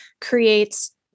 creates